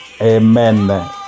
Amen